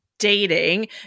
dating